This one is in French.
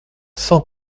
cent